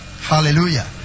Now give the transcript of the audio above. Hallelujah